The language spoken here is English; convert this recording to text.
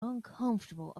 uncomfortable